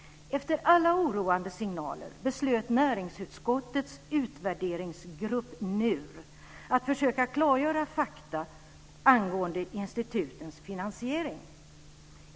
Efter alla oroande signaler beslutade näringsutskottets utvärderingsgrupp, NUR, att försöka klargöra fakta angående institutens finansiering.